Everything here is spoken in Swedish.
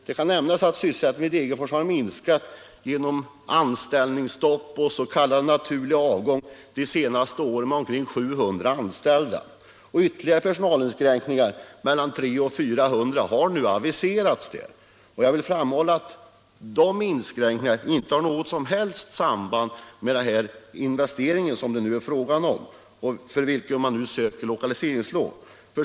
Det kan nämnas att sysselsättningen vid Degerfors Järnverk har minskat genom anställningsstopp och s.k. naturlig avgång de senaste åren med omkring 700 anställda, och ytterligare personalinskränkningar på mellan 300 och 400 anställda har nu aviserats. Jag vill framhålla att den personalminskningen inte har något som helst samband med den Nr 74 investering som det nu är fråga om och för vilken Uddeholmsbolaget Fredagen den söker lokaliseringslån.